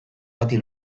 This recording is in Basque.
bati